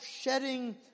shedding